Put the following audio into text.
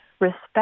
respect